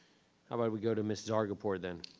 how about we go to ms. zargarpur then,